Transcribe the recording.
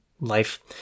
life